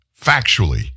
factually